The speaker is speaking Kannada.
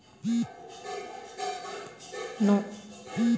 ಮಲ್ಲಿಗೆಯ ರಸ ಕುಡಿಯೋದ್ರಿಂದ ಕ್ಯಾನ್ಸರ್ ಗುಣವಾಗುತ್ತೆ ಈ ಎಲೆ ಸ್ತನ ಗೆಡ್ಡೆಗೆ ಪರಿಣಾಮಕಾರಿಯಾಗಯ್ತೆ